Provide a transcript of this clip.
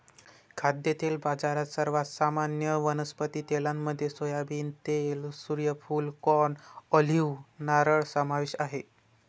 खाद्यतेल बाजारात, सर्वात सामान्य वनस्पती तेलांमध्ये सोयाबीन तेल, सूर्यफूल, कॉर्न, ऑलिव्ह, नारळ समावेश आहे